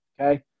okay